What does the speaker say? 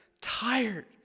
tired